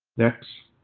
next,